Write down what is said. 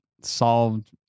solved